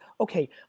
Okay